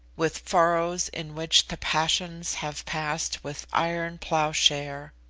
with furrows in which the passions have passed with iron ploughshare.